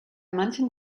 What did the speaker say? manchen